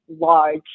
large